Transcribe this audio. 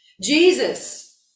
Jesus